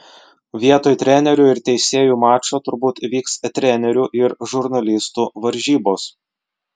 vietoj trenerių ir teisėjų mačo turbūt vyks trenerių ir žurnalistų varžybos